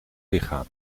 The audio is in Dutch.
lichaam